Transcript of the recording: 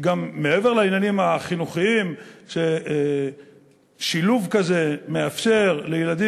מעבר לעניינים החינוכיים ששילוב כזה מאפשר לילדים